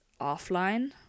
offline